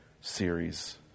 series